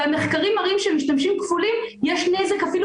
המחקרים מראים שלמשתמשים הכפולים יש נזק אפילו